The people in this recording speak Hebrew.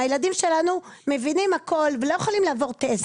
הילדים שלנו מבינים הכול ולא יכולים לעבור טסט.